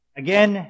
again